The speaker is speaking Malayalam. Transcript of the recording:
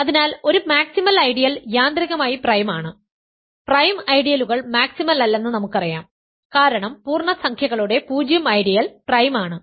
അതിനാൽ ഒരു മാക്സിമൽ ഐഡിയൽ യാന്ത്രികമായി പ്രൈം ആണ് പ്രൈം ഐഡിയലുകൾ മാക്സിമൽ അല്ലെന്ന് നമുക്കറിയാം കാരണം പൂർണ്ണസംഖ്യകളുടെ 0 ഐഡിയൽ പ്രൈം ആണ്